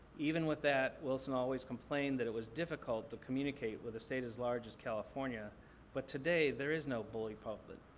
even with that, wilson always complained that it was difficult to communicate with a state as large as california but today there is no bully pulpit.